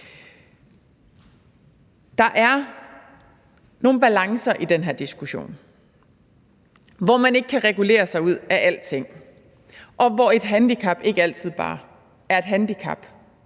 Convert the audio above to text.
Der er nogle balancer i den her diskussion, hvor man ikke kan regulere sig ud af alting, og hvor et handicap ikke altid bare er et handicap,